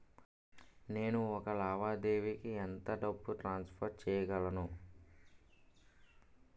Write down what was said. నేను ఒక లావాదేవీకి ఎంత డబ్బు ట్రాన్సఫర్ చేయగలను?